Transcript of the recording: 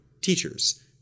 teachers